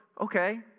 okay